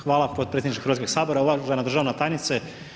Hvala podpredsjedniče Hrvatskog sabora, uvažena državna tajnice.